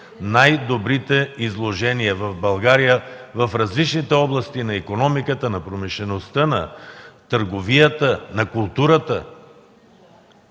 най-добрите изложения в България в различните области на икономиката, на промишлеността, на търговията, на културата.